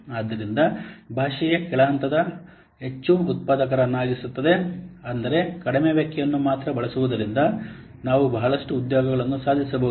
ಆದ್ದರಿಂದ ಭಾಷೆಯ ಕೆಳ ಹಂತವು ಹೆಚ್ಚು ಉತ್ಪಾದಕರನ್ನಾಗಿಸುತ್ತದೆ ಅಂದರೆ ಕಡಿಮೆ ವಾಕ್ಯವನ್ನು ಮಾತ್ರ ಬಳಸುವುದರಿಂದ ನಾವು ಬಹಳಷ್ಟು ಉದ್ಯೋಗಗಳನ್ನು ಸಾಧಿಸಬಹುದು